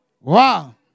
Wow